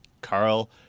Carl